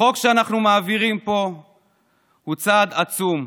החוק שאנחנו מעבירים פה הוא צעד עצום,